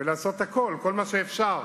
ולעשות הכול, כל מה שאפשר.